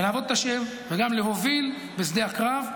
לעבוד את ה', וגם להוביל בשדה הקרב,